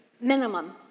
minimum